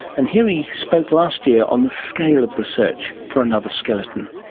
and here he spoke last year on the scale of the search for another skeleton.